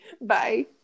Bye